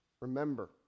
remember